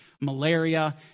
malaria